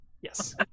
Yes